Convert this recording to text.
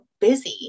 busy